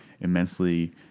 immensely